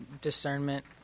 discernment